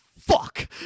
fuck